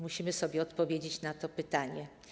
Musimy sobie odpowiedzieć na to pytanie.